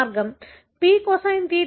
n 1 Pz